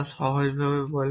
তা সহজভাবে বলে